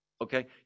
Okay